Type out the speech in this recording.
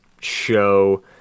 show